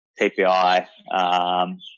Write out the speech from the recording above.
TPI